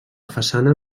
façana